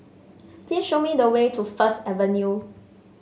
please show me the way to First Avenue